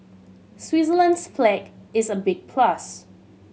Switzerland's flag is a big plus